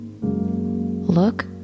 Look